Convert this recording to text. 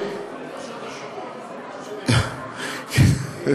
כדי